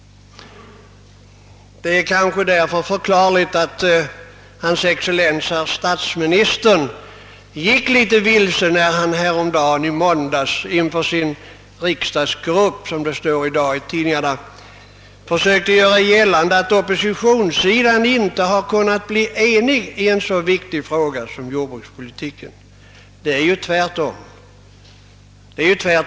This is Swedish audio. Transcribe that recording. Därför var det kanske förklarligt att hans excellens statsministern gick litet vilse — enligt vad vi kan läsa i dagens tidningar — när han inför sin riksdagsgrupp i måndags gjorde gällande att oppositionen inte har kunnat enas i en så viktig fråga som jordbrukspolitiken.